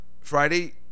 Friday